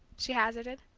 she hazarded,